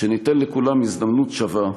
שניתן לכולם הזדמנות שווה,